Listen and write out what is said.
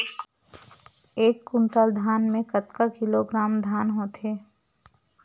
एक कुंटल धान में कतका किलोग्राम धान होथे?